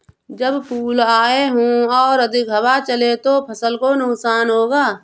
जब फूल आए हों और अधिक हवा चले तो फसल को नुकसान होगा?